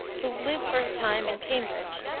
who lived for a time in cambridge,